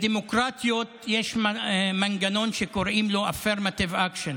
בדמוקרטיות יש מנגנון שקוראים לו Affirmative Action,